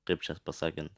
kaip čia pasakant